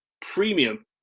premium